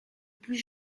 plus